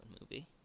movie